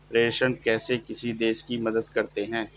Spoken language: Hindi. प्रेषण कैसे किसी देश की मदद करते हैं?